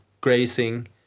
grazing